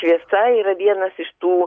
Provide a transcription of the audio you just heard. šviesa yra vienas iš tų